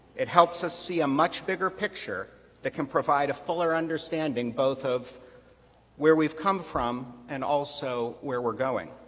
it helps us see a much bigger picture that can provide a fuller understanding both of where we've come from and also where we're going.